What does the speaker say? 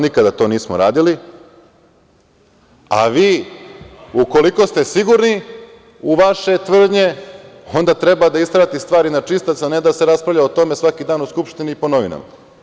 Nikada to nismo radili, a vi ukoliko ste sigurni u vaše tvrdnje, onda treba isterati stvari na čistac, a ne da se raspravlja o tome svaki dan u Skupštini i po novinama.